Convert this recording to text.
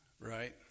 Right